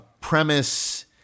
premise